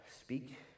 speak